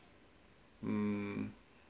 mm